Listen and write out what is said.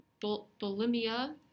bulimia